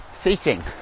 seating